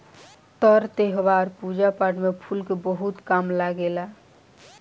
तर त्यौहार, पूजा पाठ में फूल के बहुत काम लागेला